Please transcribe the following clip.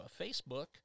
Facebook